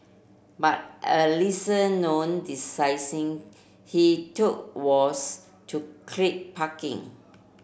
but a lesser known decision he took was to crimp parking